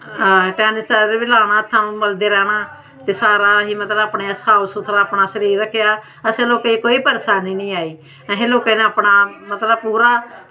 ते सेनीटाईजर बी लाना ते सगुआं हत्थ मलदे रौह्ना ते सारा मतलब अपना सारा साफ सूथरा शरीर रक्खेआ असें लोकें कोई परेशानी निं आई असें लोकें अपना मतलब पूरा